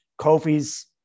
Kofi's